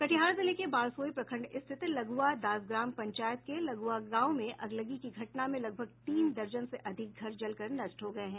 कटिहार जिले के बारसोई प्रखंड स्थित लग्रवा दासग्राम पंचायत के लग्रवा गांव में अगलगी की घटना में लगभग तीन दर्जन से अधिक घर जलकर नष्ट हो गए है